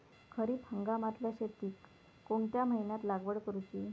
खरीप हंगामातल्या शेतीक कोणत्या महिन्यात लागवड करूची?